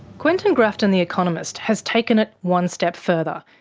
quentin grafton the economist has taken it one step further,